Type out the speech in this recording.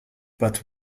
but